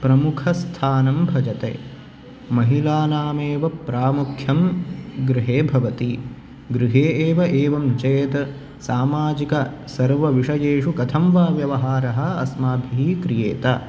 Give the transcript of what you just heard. प्रमुख स्थानं भजते महिलानामेव प्रामुख्यं गृहे भवति गृहे एव एवं चेत् सामाजिक सर्वविषयेषु कथं वा व्यवहारः अस्माभि क्रियेत